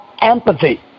empathy